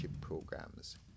programs